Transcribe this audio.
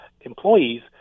employees